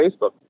Facebook